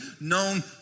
known